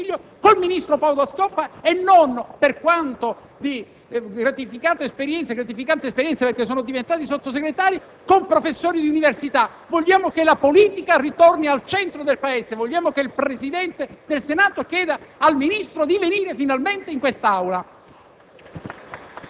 il Presidente del Consiglio e con il ministro Padoa-Schioppa e non - per quanto di gratificante esperienza, perché sono diventati Sottosegretari - con professori universitari. Vogliamo che la politica ritorni al centro del Paese. Vogliamo che il Presidente del Senato chieda al Ministro di venire finalmente in questa Aula.